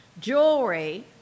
jewelry